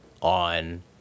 on